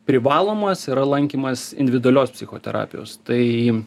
privalomas yra lankymas individualios psichoterapijos tai